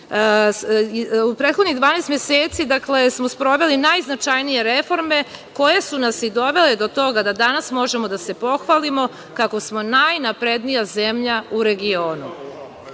prethodnih 12 meseci smo sproveli najznačajnije reforme, koje su nas i dovele do toga da danas možemo da se pohvalimo kako smo najnaprednija zemlja u regionu. Moje